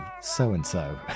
so-and-so